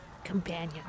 Companion